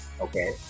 okay